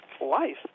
Life